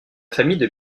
famille